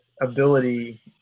ability